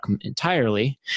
entirely